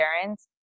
parents